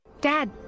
Dad